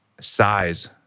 size